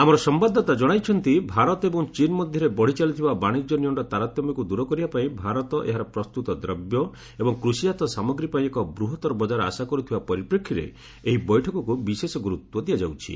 ଆମର ସମ୍ଭାଦଦାତା ଜଣାଇଛନ୍ତି ଭାରତ ଏବଂ ଚୀନ ମଧ୍ୟରେ ବଢି ଚାଲିଥିବା ବାଶିଜ୍ୟ ନିଅଣ୍ଟ ତାରତମ୍ୟକୁ ଦୂର କରିବା ପାଇଁ ଭାରତ ଏହାର ପ୍ରସ୍ତୁତ ଦ୍ରବ୍ୟ ଏବଂ କୃଷି ଜାତ ସାମଗ୍ରୀ ପାଇଁ ଏକ ବୃହତ୍ତର ବଜାର ଆଶା କରୁଥିବା ପରିପ୍ରେକ୍ଷୀରେ ଏହି ବୈଠକକୁ ବିଶେଷ ଗୁରୁତ୍ୱ ଦିଆଯାଉଛି